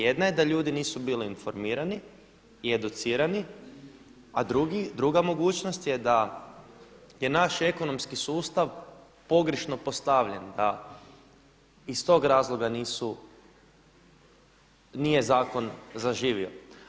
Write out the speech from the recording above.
Jedna je da ljudi nisu bili informirani i educirani, a druga mogućnost je da je naš ekonomski sustav pogrešno postavljen da iz tog razloga nije zakon zaživio.